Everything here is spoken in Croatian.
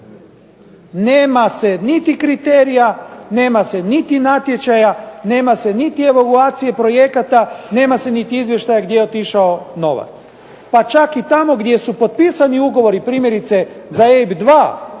Nema se niti kriterija, nema se niti natječaja, nema se niti evaluacije projekata, nema se niti izvještaja gdje je otišao novac. Pa čak i tamo gdje su potpisani ugovori, primjerice za EIB 2